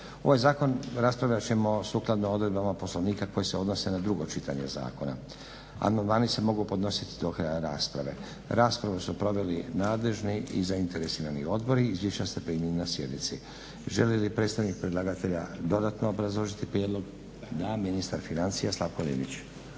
Ovaj zakon raspravljat ćemo sukladno odredbama Poslovnika koje se odnose na drugo čitanje zakona. amandmani se mogu podnositi do kraja rasprave. Raspravu su proveli nadležni i zainteresirani odbori. Izvješća ste primili na sjednici. Želi li predstavnik predlagatelja dodatno obrazložiti prijedlog? Da. Ministar financija Slavko Linić.